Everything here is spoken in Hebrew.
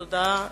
תודה.